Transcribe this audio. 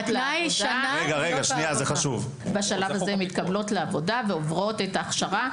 בשלב הזה הן מתקבלות לעבודה ועוברות את ההכשרה.